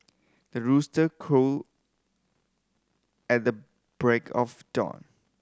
the rooster crow at the break of dawn